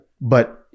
But-